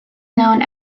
known